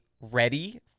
ready